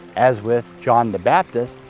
as with john the baptist,